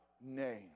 name